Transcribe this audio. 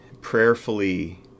prayerfully